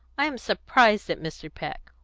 i am surprised at mr. peck,